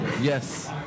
yes